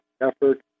effort